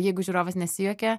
jeigu žiūrovas nesijuokia